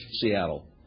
Seattle